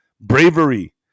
bravery